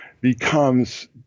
becomes